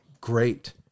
great